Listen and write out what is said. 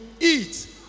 eat